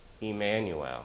Emmanuel